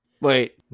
Wait